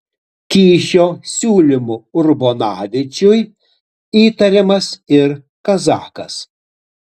kyšio siūlymu urbonavičiui įtariamas ir kazakas